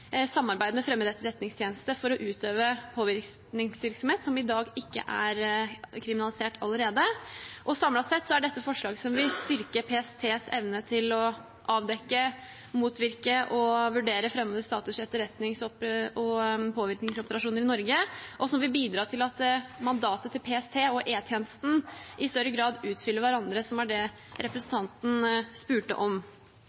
med fremmede etterretningstjenester for å utøve påvirkningsvirksomhet, noe som ikke er kriminalisert allerede i dag. Samlet sett er dette forslag som vil styrke PSTs evne til å avdekke, motvirke og vurdere fremmede staters etterretnings- og påvirkningsoperasjoner i Norge, og som vil bidra til at mandatet til PST og E-tjenesten i større grad utfyller hverandre, som var det